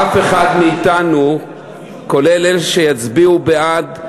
אף אחד מאתנו, כולל אלה שיצביעו בעד,